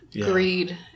greed